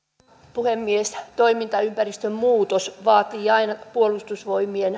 puhemies toimintaympäristön muutos vaatii aina puolustusvoimien